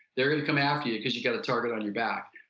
they're going to come after you because you got a target on your back.